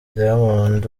diamond